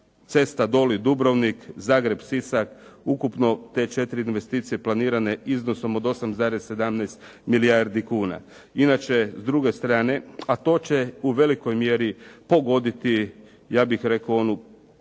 cesta Doli-Dubrovnik, Zagreb-Sisak, ukupno te četiri investicije planirane iznosom od 8,17 milijardi kuna. Inače, s druge strane, a to će u velikoj mjeri pogoditi, ja bih rekao, onu potrošnu